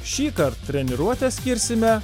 šįkart treniruotę skirsime